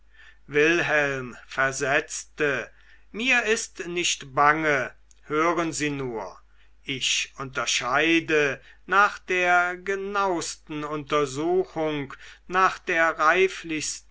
wilhelm versetzte mir ist nicht bange hören sie nur ich unterscheide nach der genauesten untersuchung nach der